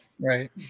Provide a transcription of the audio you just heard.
right